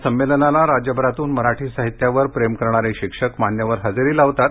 या संमेलनाला राज्यभरातून मराठी साहित्यावर प्रेम करणारे शिक्षक मान्यवर हजेरी लावतात